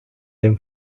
them